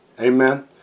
Amen